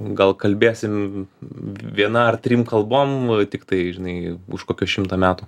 gal kalbėsim viena ar trim kalbom tiktai žinai už kokio šimtą metų